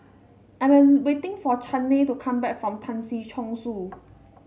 I'm waiting for Chaney to come back from Tan Si Chong Su